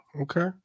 Okay